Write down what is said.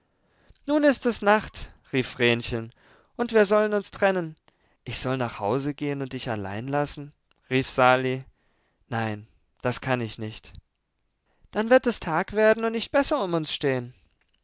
nun ist es nacht rief vrenchen und wir sollen uns trennen ich soll nach hause gehen und dich allein lassen rief sali nein das kann ich nicht dann wird es tag werden und nicht besser um uns stehen